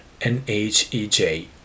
NHEJ